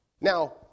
Now